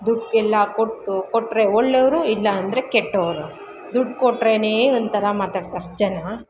ದುಡ್ಡು ಎಲ್ಲ ಕೊಟ್ಟು ಕೊಟ್ಟರೆ ಒಳ್ಳೆಯವರು ಇಲ್ಲಾಂದರೆ ಕೆಟ್ಟವರು ದುಡ್ಡು ಕೊಟ್ಟರೇನೆ ಒಂಥರ ಮಾತಾಡ್ತಾರೆ ಜನ